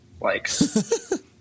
likes